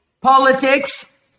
politics